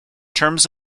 terms